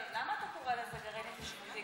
אבל למה אתה קורא לזה גרעין התיישבותי?